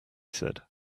said